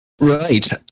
Right